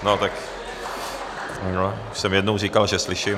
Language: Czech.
No tak, už jsem jednou říkal, že slyším.